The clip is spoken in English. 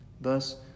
Thus